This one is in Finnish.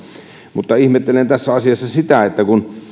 mutta ihmettelen tässä asiassa sitä kun